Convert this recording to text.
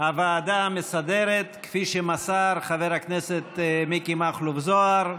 הוועדה המסדרת כפי שמסר אותו חבר הכנסת מיקי מכלוף זוהר.